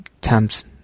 times